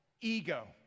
ego